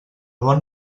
bon